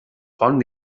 font